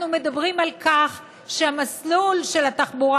אנחנו מדברים על כך שהמסלול של התחבורה